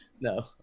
no